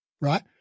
right